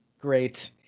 Great